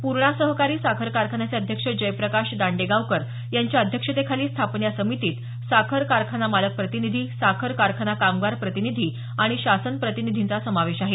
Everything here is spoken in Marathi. पूर्णा सहकारी साखर कारखान्याचे अध्यक्ष जयप्रकाश दांडेगावकर यांच्या अध्यक्षतेखाली स्थापन या समितीत साखर कारखाना मालक प्रतिनिधी साखर कारखाना कामगार प्रतिनिधी आणि शासन प्रतिनिधींचा समावेश आहे